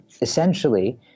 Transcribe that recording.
essentially